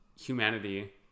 humanity